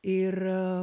ir a